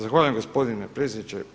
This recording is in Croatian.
Zahvaljujem gospodine predsjedniče.